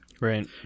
Right